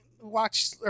watch